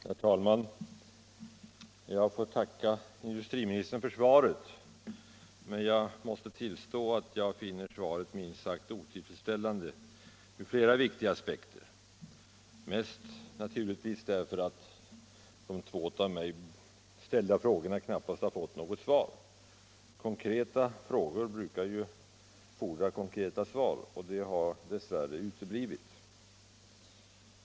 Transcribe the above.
Herr talman! Jag får tacka industriministern för svaret på min interpellation, men jag måste tillstå att jag finner svaret minst sagt otillfredsställande ur flera viktiga aspekter, mest naturligtvis därför att det i de två av mig ställda frågorna knappast lämnats något besked. Konkreta frågor brukar ju fordra konkreta svar, och de har dess värre uteblivit.